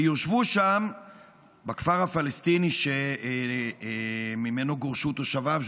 שיושבו שם בכפר הפלסטיני שממנו גורשו תושביו,